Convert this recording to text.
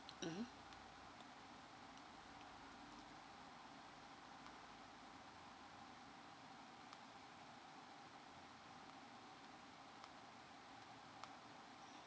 mmhmm